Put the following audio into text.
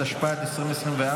התשפ"ד 2024,